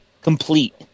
complete